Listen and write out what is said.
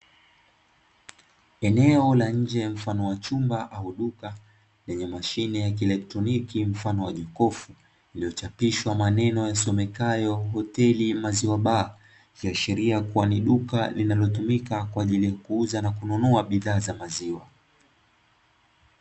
Eneo la nje mfano wa chumba au duka, lenye mashine ya kielektroniki mfano wa jokofu lililo chapishwa maneno yasomekayo ''hoteli maziwa baa'', ikiashiria kuwa ni duka linalotumika kwa ajili ya kuuza na kununua bidhaa za maziwa.